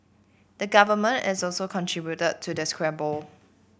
the government is also contributed to the squabble